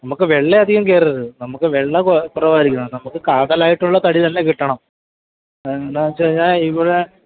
നമ്മള്ക്ക് വെള്ള അധികം കയറരുത് നമ്മള്ക്ക് വെള്ള കുറ കുറവായിരിക്കണം നമ്മള്ക്ക് കാതലായിട്ടുള്ള തടി തന്നെ കിട്ടണം എന്താണെന്നുവച്ചുകഴിഞ്ഞാല് ഇവിടെ